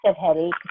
headache